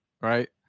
Right